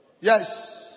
Yes